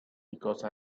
because